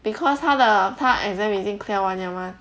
because 她的她 exam 已经 clear 完了吗